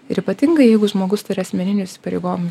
ir ypatingai jeigu žmogus turi asmeninių įsipareigojimų